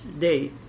day